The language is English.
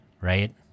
right